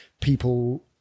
people